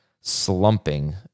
slumping